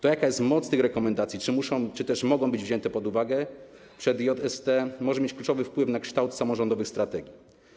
To, jaka jest moc tych rekomendacji - czy muszą, czy mogą być wzięte pod uwagę przez JST - może mieć kluczowy wpływ na kształt samorządowych strategii.